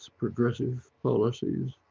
progressive, policies,